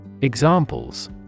Examples